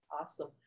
Awesome